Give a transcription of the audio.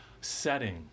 setting